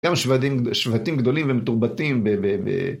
גם שבטים גדולים ומתורבתים